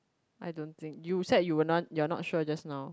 I don't think you said you were non you are not sure just now